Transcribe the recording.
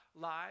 lies